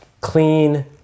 clean